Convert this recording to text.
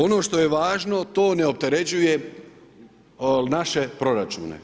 Ono što je važno to ne opterećuje naše proračune.